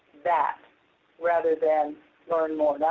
that rather than learn more.